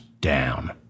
down